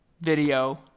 video